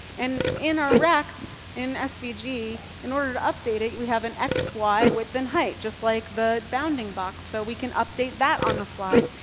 and in our rect, in svg, in order to update it, we have an x, y, width, and height. just like the bounding box. so we can update that on the fly.